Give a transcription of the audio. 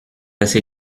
assez